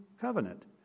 covenant